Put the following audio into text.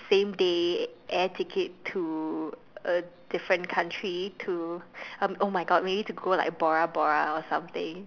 same day air ticket to a different country to um !oh-my-God! we need to go like Bora-Bora or something